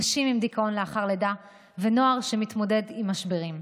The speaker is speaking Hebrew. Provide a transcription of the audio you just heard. נשים עם דיכאון לאחר לידה ונוער שמתמודד עם משברים.